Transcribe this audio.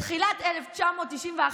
בתחילת 1991,